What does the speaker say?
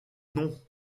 non